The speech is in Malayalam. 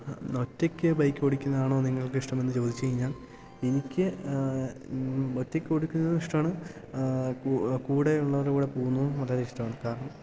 ഒറ്റയ്ക്ക് ബൈക്ക് ഓടിക്കുന്നതാണോ നിങ്ങൾക്കിഷ്ടമെന്ന് ചോദിച്ച് കഴിഞ്ഞാൽ എനിക്ക് ഒറ്റയ്ക്കോടിക്കുന്നതും ഇഷ്ടമാണ് കൂടെ ഉള്ളവരുടെ കൂടെ പോകുന്നതും വളരെയധികം ഇഷ്ടമാണ് കാരണം